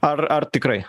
ar ar tikrai